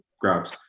grabs